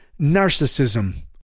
narcissism